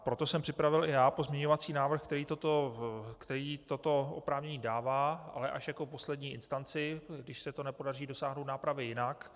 Proto jsem připravil i já pozměňovací návrh, který toto oprávnění dává, ale až jako poslední instanci, když se nepodaří dosáhnout nápravy jinak.